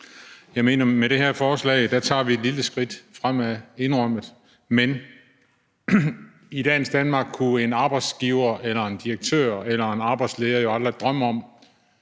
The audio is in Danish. Jeg mener, at vi med det her forslag tager et lille skridt fremad, indrømmet, men i dagens Danmark kunne en arbejdsgiver eller en direktør eller en arbejdsleder jo aldrig drømme om,